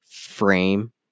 Frame